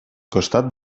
costat